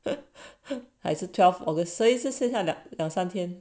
but as a twelve august 所以现在两两三天